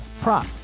prop